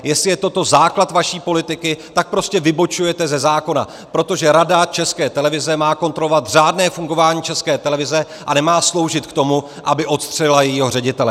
Jestli je toto základ vaší politiky, tak prostě vybočujete ze zákona, protože Rada České televize má kontrolovat řádné fungování České televize a nemá sloužit k tomu, aby odstřelila jejího ředitele.